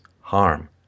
harm